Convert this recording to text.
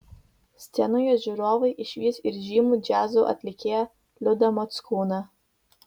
scenoje žiūrovai išvys ir žymų džiazo atlikėją liudą mockūną